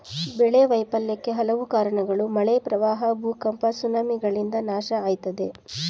ಬೆಳೆ ವೈಫಲ್ಯಕ್ಕೆ ಹಲವು ಕಾರ್ಣಗಳು ಮಳೆ ಪ್ರವಾಹ ಭೂಕಂಪ ಸುನಾಮಿಗಳಿಂದ ನಾಶ ಆಯ್ತದೆ